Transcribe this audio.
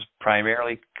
primarily